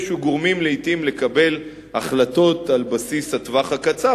שגורמים לעתים לקבל החלטות על בסיס הטווח הקצר,